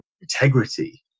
integrity